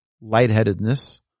lightheadedness